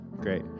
great